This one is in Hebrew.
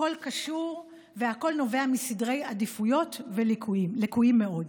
הכול קשור והכול נובע מסדרי עדיפויות לקויים מאוד.